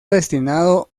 destinado